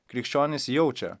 krikščionys jaučia